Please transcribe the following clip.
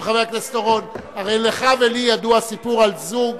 חבר הכנסת אורון, הרי לך ולי ידוע הסיפור על זוג